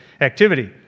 activity